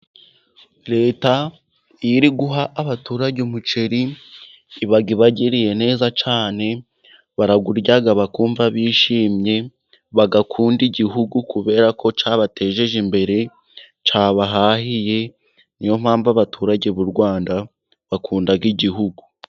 Reta iyo iri guha abaturage umuceri iba ibagiriye neza cyane, barawurya bakumva bishimye, bagakunda igihugu kubera ko cyabatejeje imbere cyabahahiye, ni yo mpamvu abaturage b'u Rwanda bakunda igihugu.